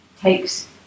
takes